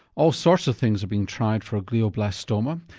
all sorts of things are being tried for glioblastoma,